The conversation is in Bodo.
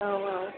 औ औ